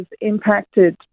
impacted